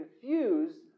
confused